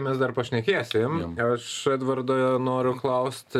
mes dar pašnekėsim aš edvardo noriu klausti